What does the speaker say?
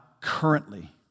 currently